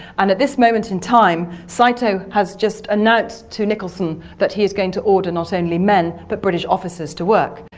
and at this moment in time saito has just announced to nicholson that he is going to order not only men but british officers to work,